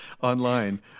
Online